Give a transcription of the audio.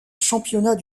championnat